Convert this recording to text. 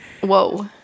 Whoa